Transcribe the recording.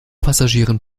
passagieren